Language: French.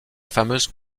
fameuse